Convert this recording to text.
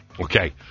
Okay